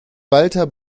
walther